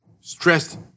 stressed